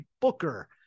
booker